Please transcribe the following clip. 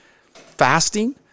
Fasting